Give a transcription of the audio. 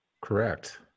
Correct